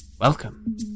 Welcome